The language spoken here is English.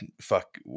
fuck